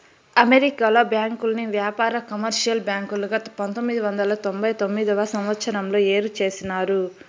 అమెరికాలో బ్యాంకుల్ని వ్యాపార, కమర్షియల్ బ్యాంకులుగా పంతొమ్మిది వందల తొంభై తొమ్మిదవ సంవచ్చరంలో ఏరు చేసినారు